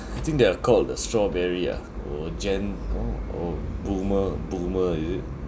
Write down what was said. I think they are called the strawberry ah or gen~ orh or boomer boomer is it